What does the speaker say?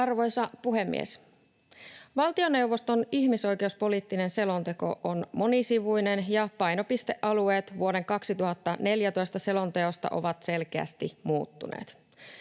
Arvoisa puhemies! Valtioneuvoston ihmisoikeuspoliittinen selonteko on monisivuinen ja painopistealueet vuoden 2014 selonteosta ovat selkeästi muuttuneet.